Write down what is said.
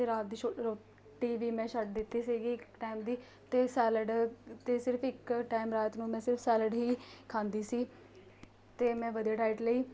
ਅਤੇ ਰਾਤ ਦੀ ਸ ਰੋਟੀ ਵੀ ਮੈਂ ਛੱਡ ਦਿੱਤੀ ਸੀਗੀ ਇੱਕ ਟਾਈਮ ਦੀ ਅਤੇ ਸੈਲਡ ਅਤੇ ਸਿਰਫ ਇੱਕ ਟਾਈਮ ਰਾਤ ਨੂੰ ਮੈਂ ਸਿਰਫ ਸੈਲਡ ਹੀ ਖਾਂਦੀ ਸੀ ਅਤੇ ਮੈਂ ਵਧੀਆ ਡਾਇਟ ਲਈ